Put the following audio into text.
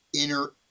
inner